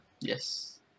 Yes